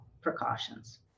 precautions